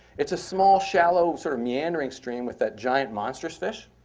it's a small, shallow, sort of meandering stream with that giant monsterish fish.